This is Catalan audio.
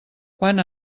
quan